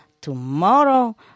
Tomorrow